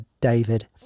David